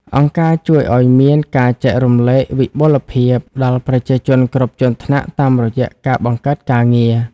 អង្គការជួយឱ្យមាន "ការចែករំលែកវិបុលភាព" ដល់ប្រជាជនគ្រប់ជាន់ថ្នាក់តាមរយៈការបង្កើតការងារ។